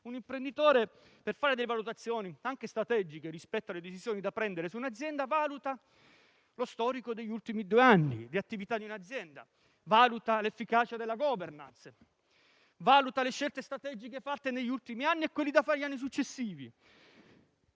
di impresa - per fare delle valutazioni anche strategiche rispetto alle decisioni da prendere, valuta lo storico degli ultimi due anni di attività di un'azienda; valuta l'efficacia della *governance*; valuta le scelte strategiche fatte negli ultimi anni e quelle da fare negli anni successivi